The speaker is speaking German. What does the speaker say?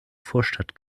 vorstadt